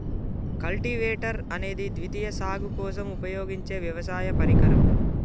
cultivator అనేది ద్వితీయ సాగు కోసం ఉపయోగించే వ్యవసాయ పరికరం